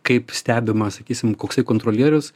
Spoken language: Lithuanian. kaip stebima sakysim koksai kontrolierius